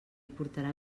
portarà